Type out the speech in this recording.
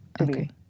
Okay